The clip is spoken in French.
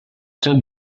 sein